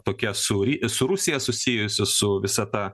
tokia su ri su rusija susijusi su visa ta